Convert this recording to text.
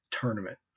tournament